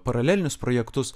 paralelinius projektus